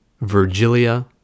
Virgilia